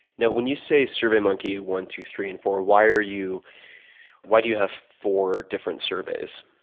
now, when you say survey monkey one, two, three, and four. why are you why do you have four different surveys?